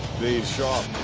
the shop.